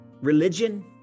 religion